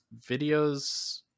Videos